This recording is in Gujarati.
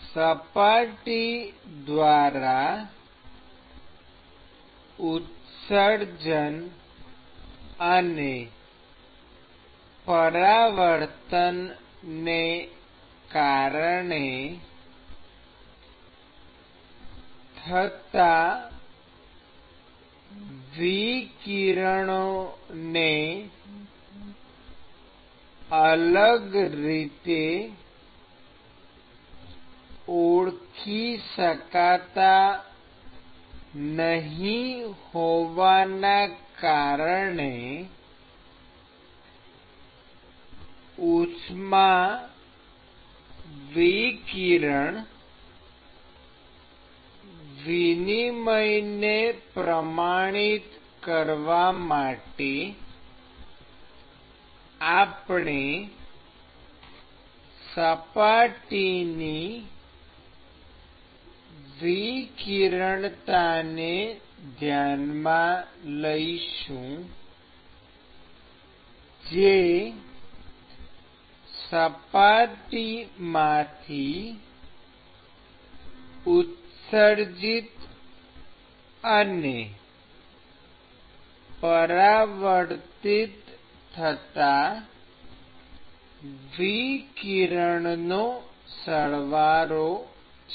સપાટી દ્વારા ઉત્સર્જન અને પરાવર્તન ને કારણે થતાં વિકિરણોને અલગ ઓળખી શકાતા નહી હોવાના કારણે ઉષ્માવિકિરણ વિનિમયને પ્રમાણિત કરવા માટે આપણે સપાટીની વિકિરણતા ને ધ્યાનમાં લઈશું જે સપાટીમાંથી ઉત્સર્જિત અને પરાવર્તિત થતાં વિકિરણનો સરવાળો છે